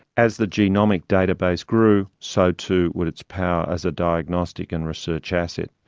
as the genomic database grew, so, too, would its power as a diagnostic and research asset.